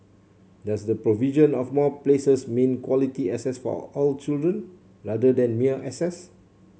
does the provision of more places mean quality access for all children rather than mere access